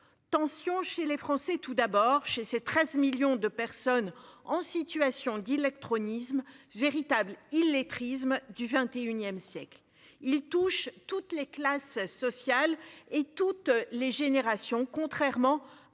Tensions chez les Français tout d'abord chez ses 13 millions de personnes en situation d'illectronisme, véritable illettrisme du XXIe siècle. Il touche toutes les classes sociales et toutes les générations, contrairement à aux idées aux